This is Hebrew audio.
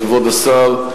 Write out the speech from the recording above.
כבוד השר,